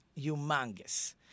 humongous